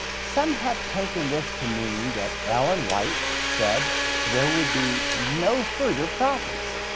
some have taken this to mean that ellen white said there would be no further prophets.